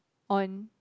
on